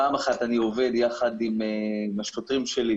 פעם אחת אני עובד יחד עם השוטרים שלי,